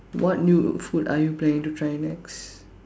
what new food are you planning to try next